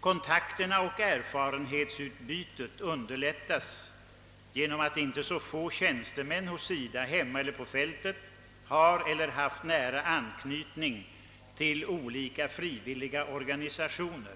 Kontakterna och erfarenhetsutbytet underlättas genom att inte så få tjänstemän hos SIDA, hemma eller på fältet, har eller har haft nära anknytning till olika frivilliga organisationer.